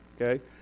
Okay